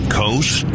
coast